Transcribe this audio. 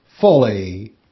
fully